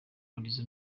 murizo